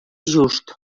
just